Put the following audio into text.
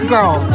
Girl